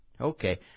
Okay